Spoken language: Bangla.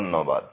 ধন্যবাদ